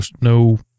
no